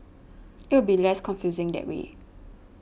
it will be less confusing that way